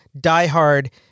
diehard